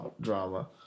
drama